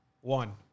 one